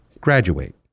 graduate